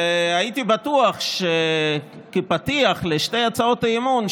הייתי בטוח שכפתיח לשתי הצעות האי-אמון,